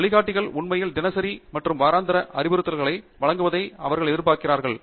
வழிகாட்டிகள் உண்மையில் தினசரி மற்றும் வாராந்திர அறிவுறுத்தல்களை வழங்குவதை அவர்கள் எதிர்பார்க்கிறார்கள்